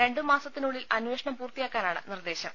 രണ്ട് മാസത്തിനുള്ളിൽ അന്വേഷണം പൂർത്തിയാക്കാനാണ് നിർദ്ദേശം